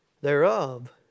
thereof